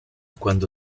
quando